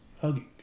hugging